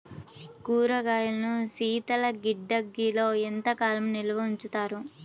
కూరగాయలను శీతలగిడ్డంగిలో ఎంత కాలం నిల్వ ఉంచుతారు?